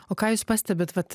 o ką jūs pastebit vat